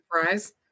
Surprise